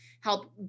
help